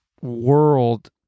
world